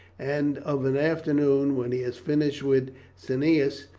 and of an afternoon, when he has finished with cneius,